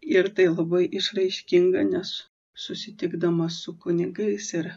ir tai labai išraiškinga nes susitikdamas su kunigais ir